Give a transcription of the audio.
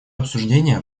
обсуждение